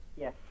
Yes